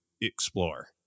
explore